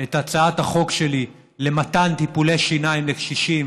את הצעת החוק שלי למתן טיפולי שיניים לקשישים